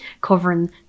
covering